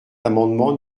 l’amendement